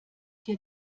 dir